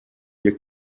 your